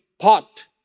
pot